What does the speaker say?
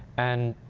and